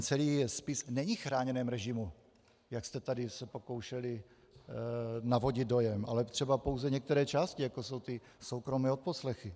Celý spis není v chráněném režimu, jak jste se tady pokoušeli navodit dojem, ale třeba pouze některé části, jako jsou soukromé odposlechy.